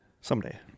Someday